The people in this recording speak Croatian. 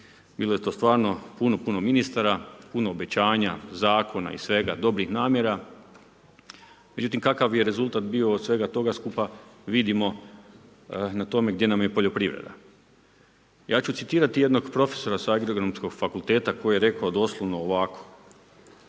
Bilo je to stvarno puno, puno ministara, puno obećanja, zakona i svega, dobrih namjera. Međutim, kakav je rezultat bio od svega toga skupa vidimo na tome gdje nam je poljoprivreda. Ja ću citirati jednog profesora sa Agronomskog fakulteta koji rekao doslovno ovako,